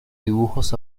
dibujos